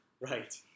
right